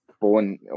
born